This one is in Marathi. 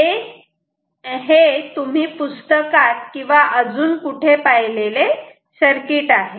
आणि ते हे तुम्ही पुस्तकात किंवा अजून कुठे पाहिलेले सर्किट आहे